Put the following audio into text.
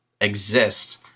exist